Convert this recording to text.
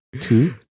Two